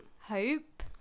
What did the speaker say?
Hope